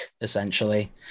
essentially